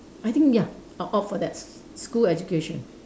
I think ya I'll opt for that school education